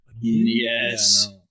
Yes